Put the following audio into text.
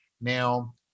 Now